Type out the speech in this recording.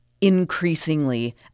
increasingly